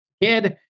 Kid